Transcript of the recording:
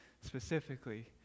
specifically